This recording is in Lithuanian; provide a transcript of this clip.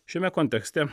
šiame kontekste